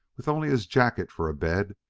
with only his jacket for a bed,